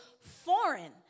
foreign